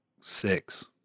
six